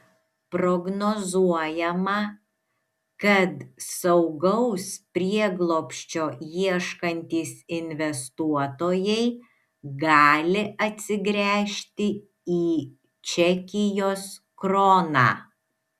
prognozuojama kad saugaus prieglobsčio ieškantys investuotojai gali atsigręžti į čekijos kroną